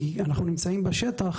כי אנו בשטח,